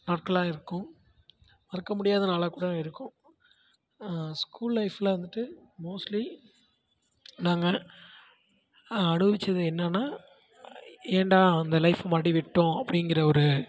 நாட்களாக இருக்கும் மறக்க முடியாத நாளாக கூட இருக்கும் ஸ்கூல் லைஃப்பில் வந்துட்டு மோஸ்ட்லி நாங்கள் அனுபவித்தது என்னென்னா ஏன்டா அந்த லைஃப் மறுபடி விட்டோம் அப்படிங்குற ஒரு